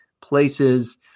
places